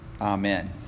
Amen